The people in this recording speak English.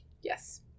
Yes